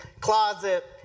closet